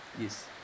yes